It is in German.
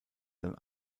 dann